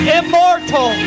immortal